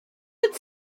would